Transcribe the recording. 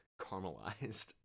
caramelized